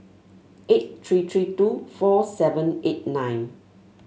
eight three three two four seven eight nine